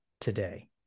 today